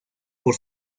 por